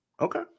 Okay